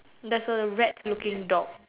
there's a rat looking dog